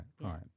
right